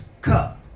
cup